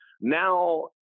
Now